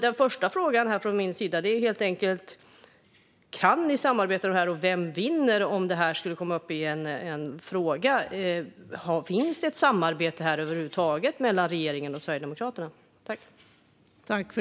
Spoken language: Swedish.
Den första frågan från min sida är helt enkelt om partierna kan samarbeta och den andra är vem som vinner om det här skulle komma upp. Finns det över huvud taget ett samarbete mellan regeringen och Sverigedemokraterna här?